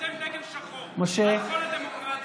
אתם דגל שחור, דמוקרטיה.